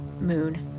moon